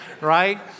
right